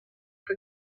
que